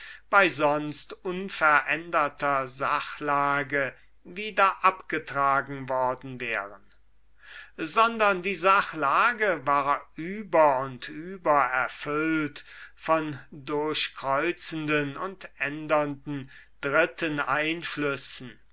bei sonst unveränderter sachlage wieder abgetragen worden wären sondern die sachlage war über und über erfüllt von durchkreuzenden und ändernden dritten einflüssen